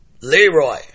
Leroy